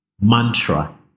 mantra